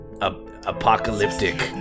apocalyptic